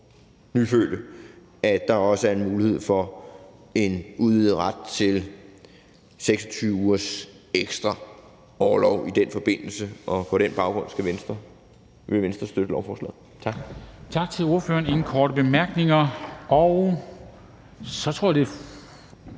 nyfødte, også er en mulighed for en udvidet ret til 26 ugers ekstra orlov i den forbindelse. På den baggrund vil Venstre støtte lovforslaget. Tak.